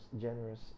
Generous